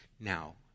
Now